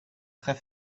très